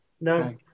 No